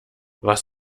was